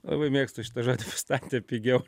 labai mėgstu šitą žodį pastatė pigiau